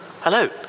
Hello